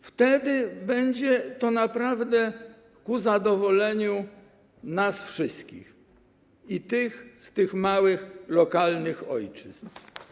Wtedy będzie to naprawdę ku zadowoleniu nas wszystkich, także z tych małych, lokalnych ojczyzn.